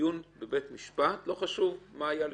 בדיון בבית משפט, לא חשוב מה היה לפני,